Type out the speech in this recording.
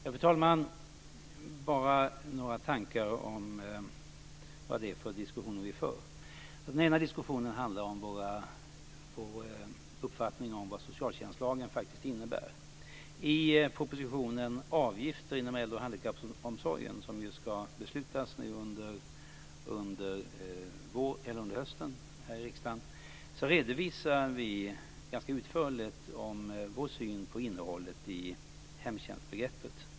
Fru talman! Bara några tankar om vad det är för slags diskussioner som vi för. Diskussionen handlar först om vår uppfattning om vad socialtjänstlagen faktiskt innebär. I propositionen Avgifter inom äldreoch handikappomsorgen, som det ju ska fattas beslut om i riksdagen under hösten, redovisar vi ganska utförligt vår syn på innehållet i hemtjänstbegreppet.